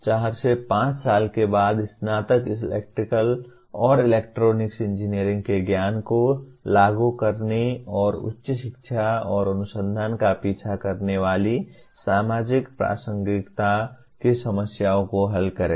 चार से पांच साल के बाद स्नातक इलेक्ट्रिकल और इलेक्ट्रॉनिक्स इंजीनियरिंग के ज्ञान को लागू करने और उच्च शिक्षा और अनुसंधान का पीछा करने वाली सामाजिक प्रासंगिकता की समस्याओं को हल करेंगे